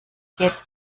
geht